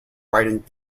writing